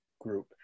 Group